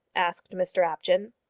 asked mr apjohn.